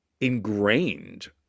ingrained